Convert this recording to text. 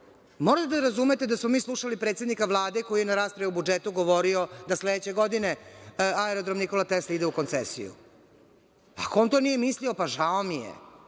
morate da razumete da smo mi slušali predsednika Vlade, koji je na raspravi o budžetu govorio da sledeće godine Aerodrom „Nikola Tesla“ ide u koncesiju. Ako on to nije mislio, žao mi je.